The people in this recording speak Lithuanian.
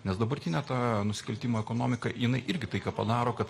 nes dabartinė ta nusikaltimų ekonomika jinai irgi tai ką padaro kad